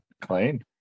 clean